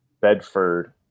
Bedford